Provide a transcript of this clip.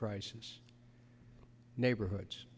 crisis neighborhoods